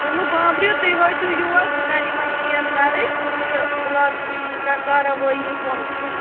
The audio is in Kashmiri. تُہۍ مٔہ بانٛبرِو تُہۍ وٲتِو یور بہٕ کَرٕ یِمن کیس دَرٕچ تہٕ بہٕ لاگہٕ بہٕ کَرٕ کاروٲیی یہِ کۄم چھِ